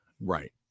Right